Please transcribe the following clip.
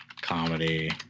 comedy